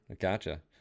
gotcha